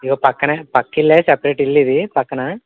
ఇదిగో పక్కన పక్క ఇల్లు సపరేట్ ఇల్లు ఇది పక్కన